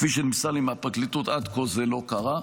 כפי שנמסר לי מהפרקליטות, עד כה זה לא קרה.